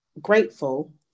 grateful